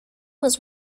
was